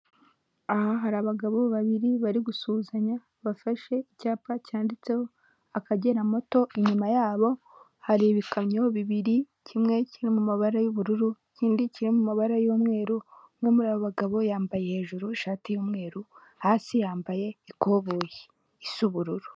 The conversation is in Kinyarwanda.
Aha hari abagabo babiri bari gusuhuzanya, bafashe icyapa cyanditseho akagera moto, inyuma yabo hari ibikamyo bibiri, kimwe kiri mu mabara y'ubururu, ikindi kiri mu mabara y'umweru, umwe muri abo bagabo yambaye hejuru ishati y'umweru, hasi yambaye ikoboyi isa ubururu.